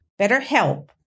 BetterHelp